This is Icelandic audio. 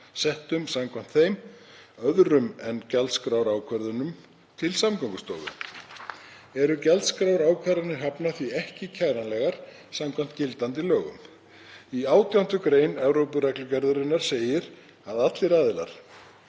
settum samkvæmt þeim, öðrum en gjaldskrárákvörðunum, til Samgöngustofu. Eru gjaldskrárákvarðanir hafna því ekki kæranlegar samkvæmt gildandi lögum. Í 18. gr. Evrópureglugerðarinnar segir að allir aðilar